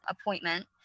appointment